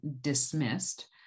dismissed